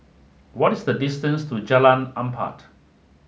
what is the distance to Jalan Empat